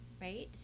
right